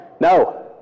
no